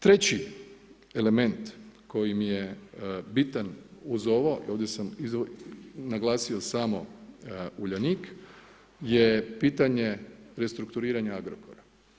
Treći element koji mi je bitan uz ovo, ovdje sam naglasio samo Uljanik je pitanje restrukturiranja Agrokora.